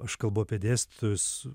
aš kalbu apie dėstytojus